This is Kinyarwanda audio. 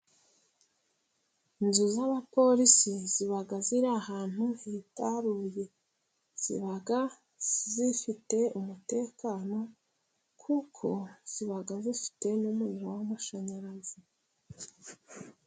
Inzu z'abapolisi ziba ziri ahantu hitaruye. Ziba zifite umutekano kuko ziba zifite n'umuriro w'amashanyarazi.